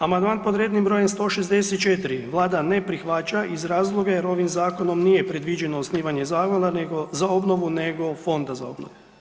Amandman pod rednim br. 164. vlada ne prihvaća iz razloga jer ovim zakonom nije predviđeno osnivanje zavoda nego, za obnovu, nego fonda za obnovu.